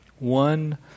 One